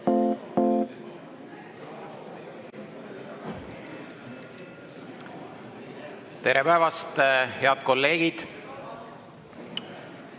Tere päevast, head kolleegid!